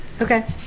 Okay